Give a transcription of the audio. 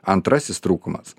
antrasis trūkumas